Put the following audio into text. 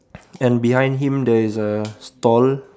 and behind him there is a stall